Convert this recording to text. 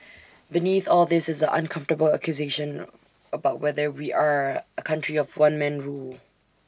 beneath all this is the uncomfortable accusation about whether we are A country of one man rule